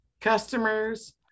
Customers